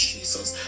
Jesus